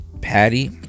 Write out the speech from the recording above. patty